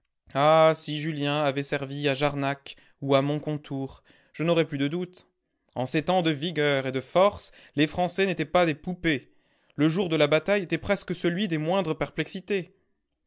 ah si julien avait servi à jarnac ou à moncontour je n'aurais plus de doute en ces temps de vigueur et de force les français n'étaient pas des poupées le jour de la bataille était presque celui des moindres perplexités